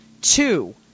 two